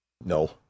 No